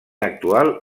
actual